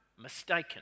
mistaken